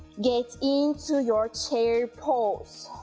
get into your chair pose,